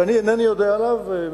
שאני אינני יודע עליהם,